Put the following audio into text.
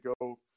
go